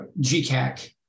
GCAC